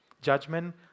judgment